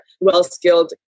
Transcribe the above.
well-skilled